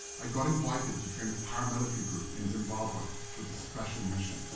i got invited to train a paramilitary group in zimbabwe with a special mission.